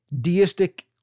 deistic